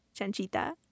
chanchita